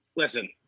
Listen